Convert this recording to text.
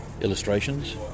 illustrations